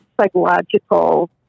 psychological